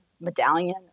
medallion